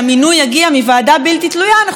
אנחנו שומעים הפוך: לבטל את הוועדה.